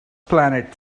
planet